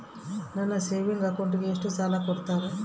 ನನ್ನ ಸೇವಿಂಗ್ ಅಕೌಂಟಿಗೆ ಎಷ್ಟು ಸಾಲ ಕೊಡ್ತಾರ?